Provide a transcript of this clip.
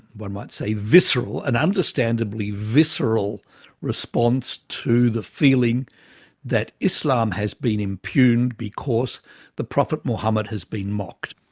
one might say, visceral, an understandably visceral response to the feeling that islam has been impugned because the prophet muhammad has been mocked.